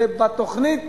ובתוכנית